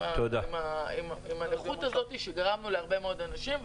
עם הנכות הזו שגרמנו להרבה מאוד אנשים,